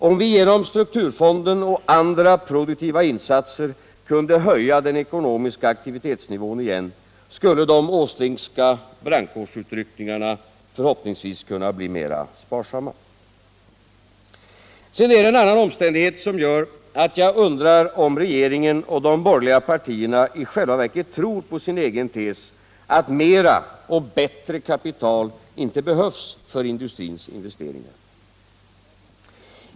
Om vi genom strukturfonden och andra produktiva insatser kunde höja den ckonomiska aktivitetsnivån igen, skulle de Åslingska brandkårsutryckningarna förhoppningsvis kunna bli mer sparsamma. Sedan är det en annan omständighet som gör att jag undrar om regeringen och de borgerliga partierna i själva verket tror på sin egen tes, att mera och bättre kapital inte behövs för industrins investeringar.